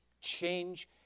Change